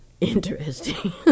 interesting